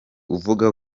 uvuga